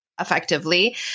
effectively